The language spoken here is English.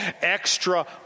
Extra